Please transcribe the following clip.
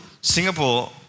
Singapore